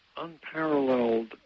unparalleled